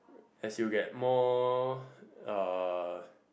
as you get more uh